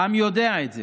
העם יודע את זה.